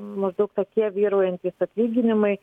maždaug tokie vyraujantys atlyginimai